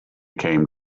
came